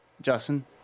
Justin